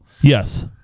Yes